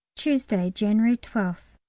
tuesday, january twelfth.